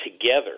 together